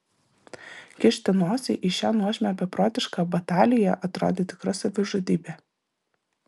kišti nosį į šią nuožmią beprotišką bataliją atrodė tikra savižudybė